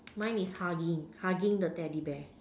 mine is hugging hugging the teddy bear